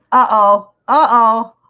oh, oh,